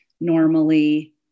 normally